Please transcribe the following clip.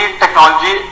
technology